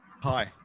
Hi